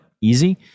easy